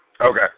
Okay